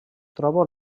troba